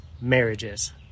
marriages